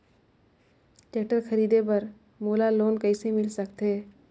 Tractor खरीदे बर मोला लोन कइसे मिल सकथे?